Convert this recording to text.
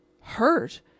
Hurt